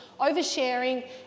oversharing